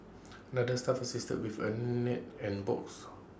another staff assisted with A net and box